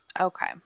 Okay